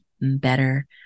better